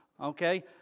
Okay